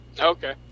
Okay